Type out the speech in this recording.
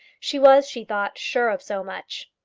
she was, she thought, sure of so much.